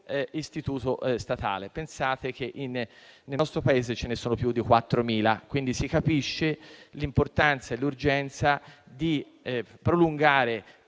istituto statale, ma pensate che nel nostro Paese ce ne sono più di 4.000. Si comprende quindi l'importanza e l'urgenza di prolungare,